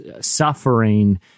suffering